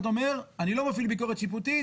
בא ואומר שהוא לא מפעיל ביקורת שיפוטית,